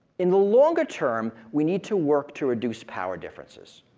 in the longer term, we need to work to reduce power differences.